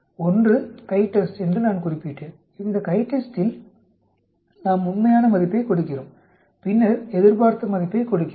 ஒன்று CHI TEST என்று நான் குறிப்பிட்டேன் அங்கு CHI TEST இல் நாம் உண்மையான மதிப்பைக் கொடுக்கிறோம் பின்னர் எதிர்பார்த்த மதிப்பைக் கொடுக்கிறோம்